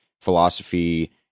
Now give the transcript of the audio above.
philosophy